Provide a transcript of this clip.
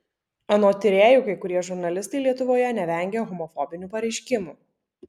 anot tyrėjų kai kurie žurnalistai lietuvoje nevengia homofobinių pareiškimų